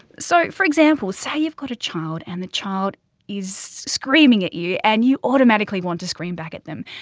so for example, say you've got a child and the child is screaming at you and you automatically want to scream back at them.